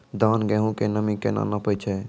धान, गेहूँ के नमी केना नापै छै?